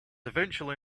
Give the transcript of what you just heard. eventually